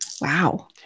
Wow